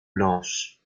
blanches